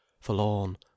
forlorn